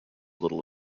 little